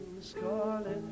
scarlet